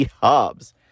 Hobbs